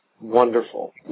wonderful